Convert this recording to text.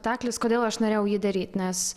taklis kodėl aš norėjau jį daryt nes